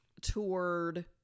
toured